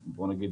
פנים,